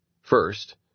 First